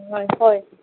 हय हय